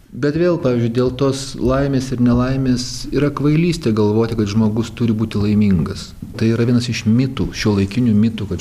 bet vėl pavyzdžiui dėl tos laimės ir nelaimės yra kvailystė galvoti kad žmogus turi būti laimingas tai yra vienas iš mitų šiuolaikinių mitų kad